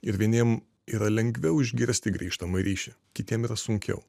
ir vieniem yra lengviau išgirsti grįžtamąjį ryšį kitiem yra sunkiau